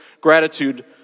gratitude